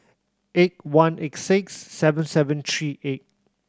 eight one eight six seven seven three eight